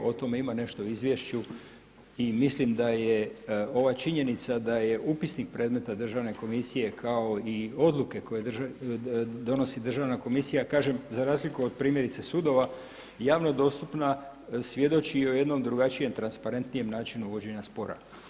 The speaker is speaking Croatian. O tome ima nešto u izvješću i mislim da je ova činjenica da je upisnik predmeta Državne komisije kao i odluke koje donosi Državna komisija kažem za razliku od primjerice sudova javno dostupna svjedoči o jednom drugačijem transparentnijem načinu vođenja spora.